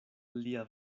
lia